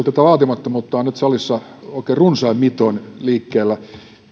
tätä vaatimattomuutta on nyt salissa oikein runsain mitoin liikkeellä